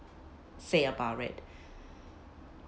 say about it